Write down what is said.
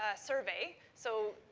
ah survey. so,